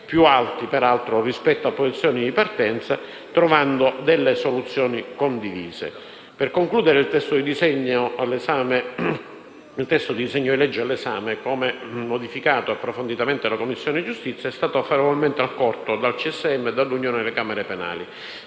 peraltro più alti rispetto alle posizioni di partenza, trovando delle soluzioni condivise. Per concludere, il testo del disegno di legge all'esame, come modificato approfonditamente dalla Commissione giustizia, è stato favorevolmente accolto dal Consiglio superiore della